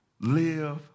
live